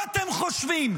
מה אתם חושבים,